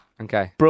Okay